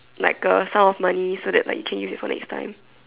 like a Sum of money so that like you can use it for next time